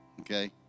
okay